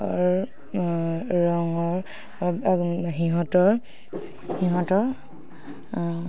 সিহঁতৰ